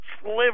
sliver